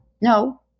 No